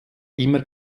immer